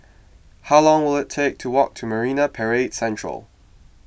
how long will it take to walk to Marine Parade Central